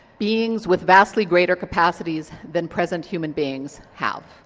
beings with vastly greater capacities than present human beings have.